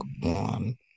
one